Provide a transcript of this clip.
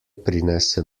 prinese